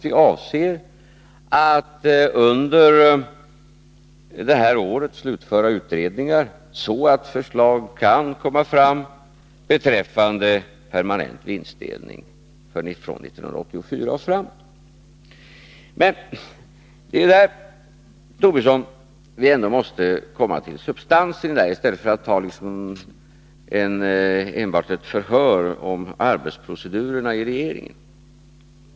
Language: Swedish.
Vi avser att under detta år slutföra utredningar så att förslag kan komma fram beträffande permanent vinstdelning från 1984 och framåt. Men det är där, Lars Tobisson, som vi måste komma till substansen i stället för att enbart ha ett förhör om arbetsprocedurerna i regeringen.